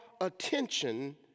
attention